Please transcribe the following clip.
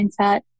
mindset